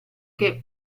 che